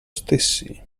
stessi